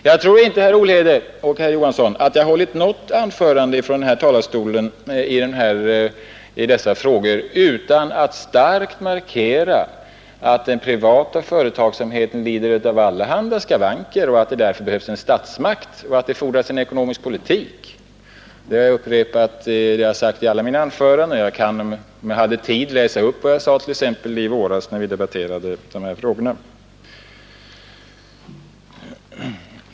Jag tror inte, herr Olhede och herr Johansson, att jag har hållit något anförande från denna talarstol i dessa frågor utan att starkt ha markerat att den privata företagsamheten lider av allehanda skavanker och att det därför behövs en statsmakt och att det därför behövs en god ekonomisk politik. Det har jag sagt i alla mina anföranden, och jag kunde om jag hade tid läsa upp t.ex. vad jag sade i våras när vi debatterade dessa frågor.